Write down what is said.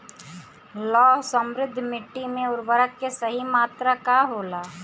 लौह समृद्ध मिट्टी में उर्वरक के सही मात्रा का होला?